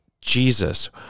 Jesus